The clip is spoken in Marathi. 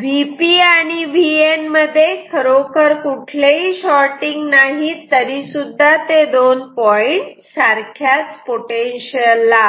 Vp आणि Vn मध्ये खरोखर कुठलेही शॉटिंग नाही तरीसुद्धा ते दोन पॉईंट सारख्याच पोटेन्शियल ला आहेत